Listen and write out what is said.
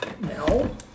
No